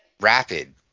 rapid